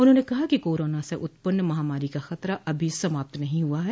उन्होंने कहा कि कोरोना से उत्पन्न महामारी का खतरा अभी समाप्त नहीं हुआ है